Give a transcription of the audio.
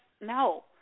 no